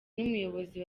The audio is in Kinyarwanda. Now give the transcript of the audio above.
n’umuyobozi